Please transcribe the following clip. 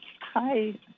hi